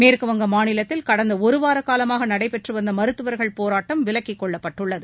மேற்கு வங்க மாநிலத்தில் கடந்த ஒருவார காலமாக நடைபெற்று வந்த மருத்துவர்கள் போராட்டம் விலக்கிக் கொள்ளப்பட்டுள்ளது